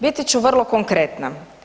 Biti ću vrlo konkretna.